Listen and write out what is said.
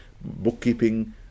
bookkeeping